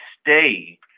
stay